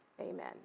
Amen